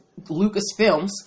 Lucasfilms